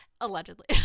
Allegedly